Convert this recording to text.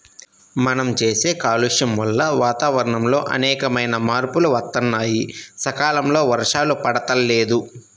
మనం చేసే కాలుష్యం వల్ల వాతావరణంలో అనేకమైన మార్పులు వత్తన్నాయి, సకాలంలో వర్షాలు పడతల్లేదు